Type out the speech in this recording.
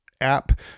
app